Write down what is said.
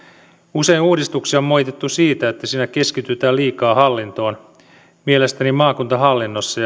usein uudistuksia on moitittu siitä että niissä keskitytään liikaa hallintoon mielestäni maakuntahallinnossa